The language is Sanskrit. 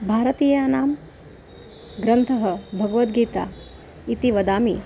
भारतीयानां ग्रन्थः भगवद्गीता इति वदामि